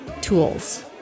tools